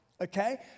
okay